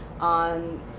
on